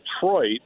Detroit